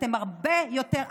אתם הרבה יותר.